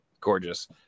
gorgeous